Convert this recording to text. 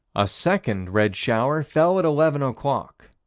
a second red shower fell at eleven o'clock.